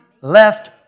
left